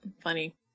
funny